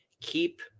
keep